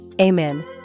Amen